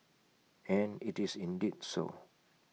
and IT is indeed so